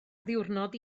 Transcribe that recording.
ddiwrnod